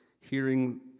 hearing